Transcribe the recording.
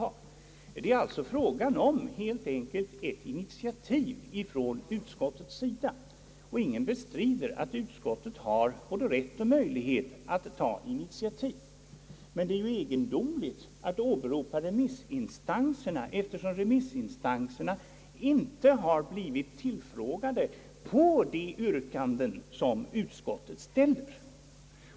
Det är här helt enkelt fråga om ett initiativ från utskottets sida — och ingen bestrider att utskottet har både rätt och möjlighet att ta initiativ — men det är ju i detta läge egendomligt att åberopa remissinstanserna eftersom dessa inte blivit tillfrågade beträffande det som utskottets yrkanden gäller.